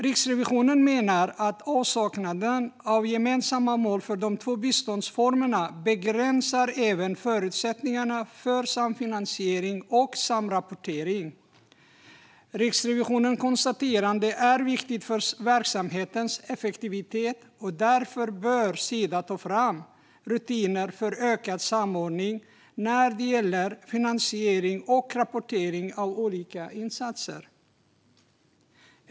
Riksrevisionen menar att avsaknaden av gemensamma mål för de två biståndsformerna även begränsar förutsättningarna för samfinansiering och samrapportering. Riksrevisionens konstaterande är viktigt för verksamhetens effektivitet, och därför bör Sida ta fram rutiner för ökad samordning när det gäller finansiering och rapportering av olika insatser.